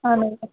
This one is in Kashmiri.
اَہَن حظ